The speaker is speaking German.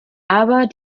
aber